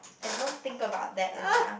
I don't think about that end up